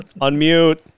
Unmute